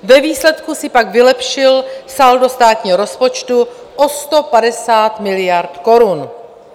Ve výsledku si pak vylepšil saldo státního rozpočtu o 150 miliard korun.